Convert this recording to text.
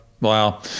Wow